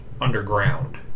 underground